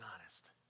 honest